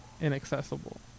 inaccessible